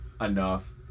enough